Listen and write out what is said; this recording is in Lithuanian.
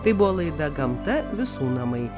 tai buvo laida gamta visų namai